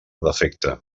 defecte